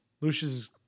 Lucius